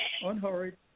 unhurried